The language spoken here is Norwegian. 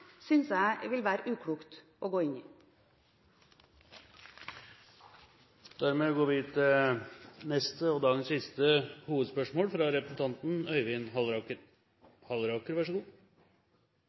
synes jeg vil være uklokt å gå inn i. Vi går til dagens siste hovedspørsmål.